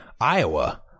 Iowa